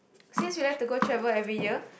since we like to go travel every year